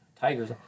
Tigers